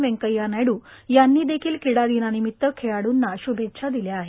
व्यंकय्या नायडू यांनीही क्रीडा दिनानिमित्त खेळाड्ंना श्भेच्छा दिल्या आहेत